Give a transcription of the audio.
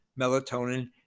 melatonin